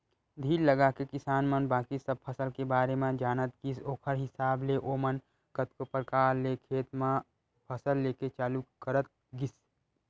धीर लगाके किसान मन बाकी सब फसल के बारे म जानत गिस ओखर हिसाब ले ओमन कतको परकार ले खेत म फसल लेके चालू करत गिस